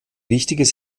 wichtiges